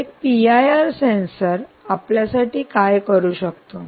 तर एक PIR sensor आपल्यासाठी काय करू शकतो